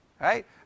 Right